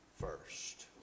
first